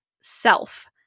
self